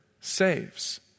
saves